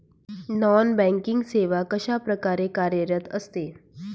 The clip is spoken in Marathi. नॉन बँकिंग सेवा कशाप्रकारे कार्यरत असते?